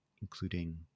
including